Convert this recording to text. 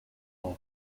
law